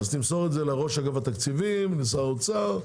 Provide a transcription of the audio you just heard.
תמסור את זה לראש אגף התקציבים, שר האוצר.